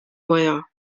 maja